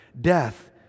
death